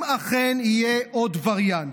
אם אכן יהיה עוד וריאנט,